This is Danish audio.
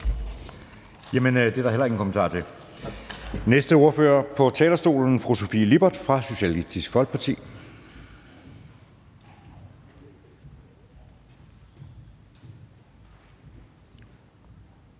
Det er der heller ingen kommentarer til. Den næste ordfører på talerstolen er fru Sofie Lippert fra Socialistisk Folkeparti.